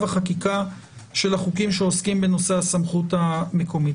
החקיקה של החוקים שעוסקים בנושא הסמכות המקומית.